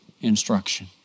instruction